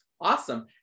Awesome